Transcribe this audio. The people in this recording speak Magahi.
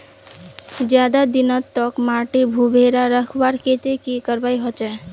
ज्यादा दिन तक माटी भुर्भुरा रखवार केते की करवा होचए?